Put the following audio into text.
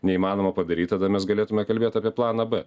neįmanoma padaryt tada mes galėtume kalbėt apie planą b